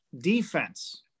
Defense